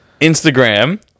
Instagram